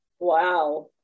Wow